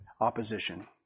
opposition